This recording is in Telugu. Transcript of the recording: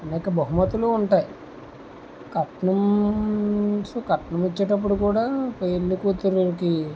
అనేక బహుమతులు ఉంటాయి కట్నం కట్నం ఇచ్చేటప్పుడు కూడా పెళ్ళి కూతురికి